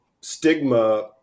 stigma